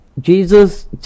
Jesus